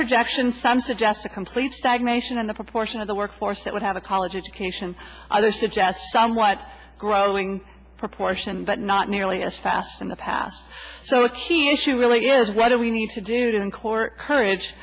projection some suggest a complete stagnation in the proportion of the workforce that would have a college education i would suggest somewhat growing proportion but not nearly as fast in the past so a key issue really is what do we need to do it in court courage